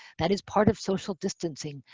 that is part of social distancing,